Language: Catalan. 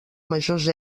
majors